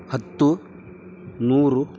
ಹತ್ತು ನೂರು